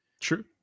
True